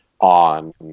on